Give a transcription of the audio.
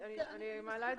אני מסכימה.